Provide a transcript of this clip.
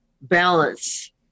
balance